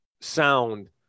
sound